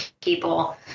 people